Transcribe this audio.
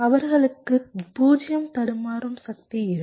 அவர்களுக்கு 0 தடுமாறும் சக்தி இருக்கும்